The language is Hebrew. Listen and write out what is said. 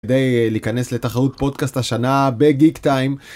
כדי להיכנס לתחרות פודקאסט השנה בגיק טיים.